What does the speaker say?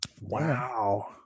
Wow